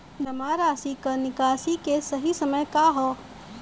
जमा राशि क निकासी के सही समय का ह?